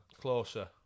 Closer